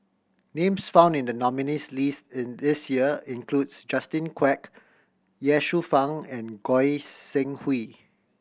names found in the nominees' list this year includes Justin Quek Ye Shufang and Goi Seng Hui